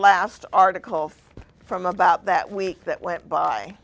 last article from about that week that went by